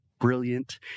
brilliant